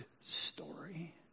story